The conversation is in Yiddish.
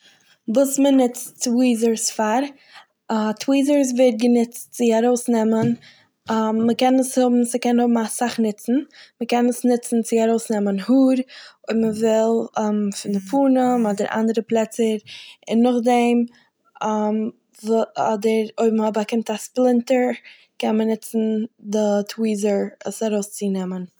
וואס מ'נוצט טוויזערס פאר. טוויזערס ווערט גענוצט צו ארויסנעמען- מ'קען עס האבן- ס'קען האבן אסאך נוצן. מ'קען עס נוצן צו ארויסנעמען האר אויב מ'וויל פון די פנים אדער אנדערע פלעצער, און נאכדעם וו- אדער אויב מ'באקומט א ספלינטער קען מען נוצן די טוויזער עס צו ארויסנעמען.